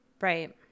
Right